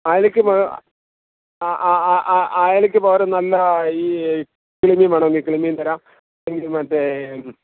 അയലയ്ക്ക് ആ ആ ആ ആ അയലയ്ക്കു വേറെ നല്ല ഈ കിളിമീന് വേണമെങ്കില് കിളിമീൻ തരാം അല്ലങ്കില് മറ്റേ